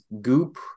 goop